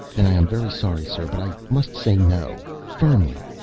then i am very sorry, sir, but i must say no. firmly.